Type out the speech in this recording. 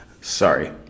sorry